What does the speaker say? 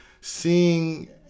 seeing